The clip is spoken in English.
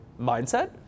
mindset